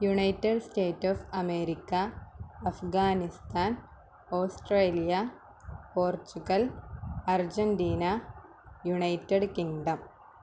united state of America Afghanistan Australia Portugal Argentina United Kingdom